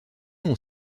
ont